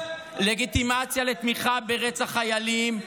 לגיטימציה לתמיכה ברצח חיילים,